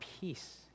peace